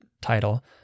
title